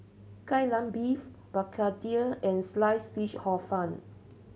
Kai Lan Beef begedil and slice fish Hor Fun